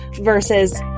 versus